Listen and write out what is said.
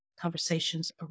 conversations